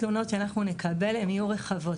מגוון התלונות שאנחנו נקבל הן יהיו רחבות.